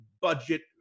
budget